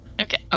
Okay